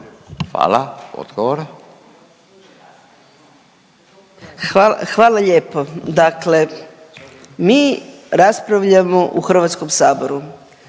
Hvala, hvala lijepo. Dakle, mi raspravljamo u Hrvatskom saboru.